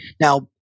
Now